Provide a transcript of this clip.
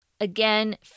Again